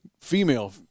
Female